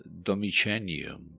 domicenium